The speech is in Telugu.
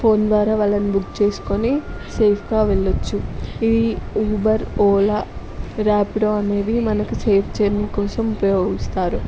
ఫోన్ ద్వారా వాళ్ళని బుక్ చేసుకుని సేఫ్గా వెళ్ళొచ్చు ఇది ఊబర్ ఓలా ర్యాపిడో అనేవి మనకు సేఫ్ జర్నీ కోసం ఉపయోగిస్తారు